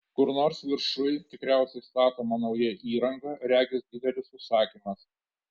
kur nors viršuj tikriausiai statoma nauja įranga regis didelis užsakymas